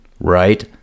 right